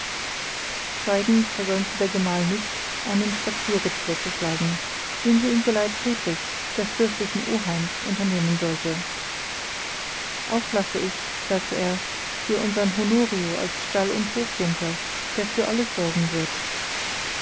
scheidend versäumte der gemahl nicht einen spazierritt vorzuschlagen den sie im geleit friedrichs des fürstlichen oheims unternehmen sollte auch lasse ich sagte er dir unsern honorio als stallund hofjunker der für alles sorgen wird